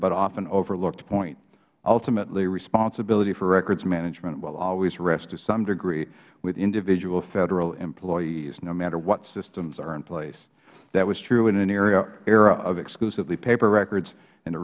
but often overlooked point ultimately responsibility for records management will always rest to some degree with individual federal employees no matter what systems are in place that was true in an era of exclusively paper records and